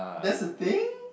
that's a thing